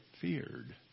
feared